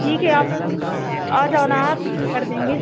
ठीक है आप आ जाओ ना आप कर देंगे